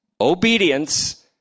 obedience